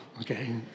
Okay